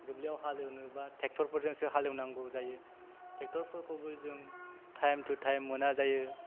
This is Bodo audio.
दुब्लियाव हालेवनोबा थ्रेक्तरफोरजोंसो हालेवनांगौ जायो थेक्तरफोरखौबो जों टाइम तु टाइम मोना जायो